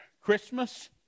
christmas